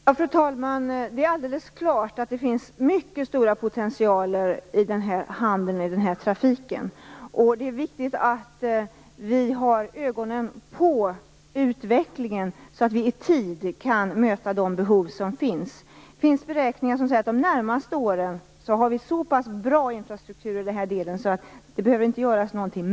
Fru talman! Det är alldeles klart att det finns mycket stora potentialer i handeln med den här trafiken. Det är viktigt att vi har ögonen på utvecklingen, så att vi i tid kan möta de behov som uppkommer. Det finns beräkningar som visar att vi de närmaste åren har så pass bra infrastruktur i denna del av landet att ingenting behöver göras.